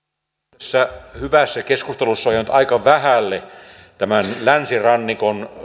tässä hyvässä keskustelussa on jäänyt aika vähälle länsirannikon